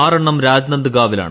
ആറെണ്ണം രാജ്നന്ദ് ഗാവിലാണ്